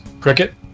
Cricket